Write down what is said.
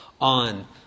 on